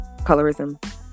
Colorism